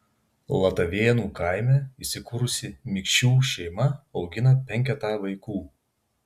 latavėnų kaime įsikūrusi mikšių šeima augina penketą vaikų